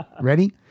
ready